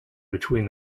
between